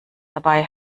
dabei